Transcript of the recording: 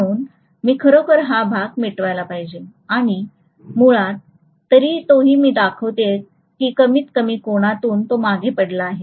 म्हणून मी खरोखर हा भाग मिटवायला हवा आणि मुळात तरी तो मी दाखवित आहे की कमीतकमी कोनातून तो मागे पडला आहे